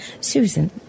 Susan